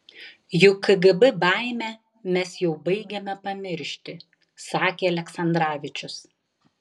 juk kgb baimę mes jau baigiame pamiršti sakė aleksandravičius